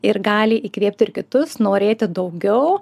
ir gali įkvėpti ir kitus norėti daugiau